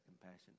compassion